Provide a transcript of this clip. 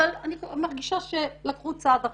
אבל אני מרגישה שלקחו צעד אחורה,